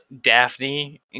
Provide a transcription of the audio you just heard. Daphne